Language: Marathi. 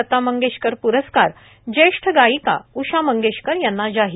लता मंगेशकर प्रस्कार जेष्ठ गायिका उषा मंगेशकर यांना जाहीर